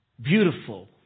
beautiful